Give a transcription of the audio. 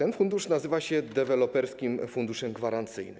Ten fundusz nazywa się Deweloperski Fundusz Gwarancyjny.